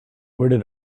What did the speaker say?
where